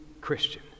Christian